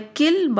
kill